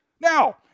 Now